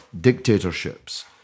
dictatorships